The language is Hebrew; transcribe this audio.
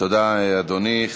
תודה, אדוני.